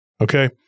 Okay